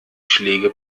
schläge